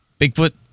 Bigfoot